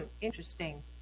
interesting